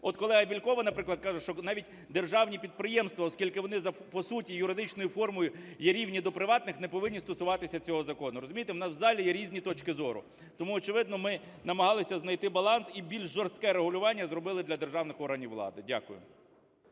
От колега Бєлькова, наприклад, каже, що навіть державні підприємства, оскільки вони по суті і юридичною формою є рівні до приватних, не повинні стосуватися цього закону, розумієте, у нас в залі є різні точки зору. Тому, очевидно, ми намагалися знайти баланс і більш жорстке регулювання зробили для державних органів влади. Дякую.